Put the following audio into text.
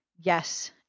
Yes